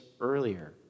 earlier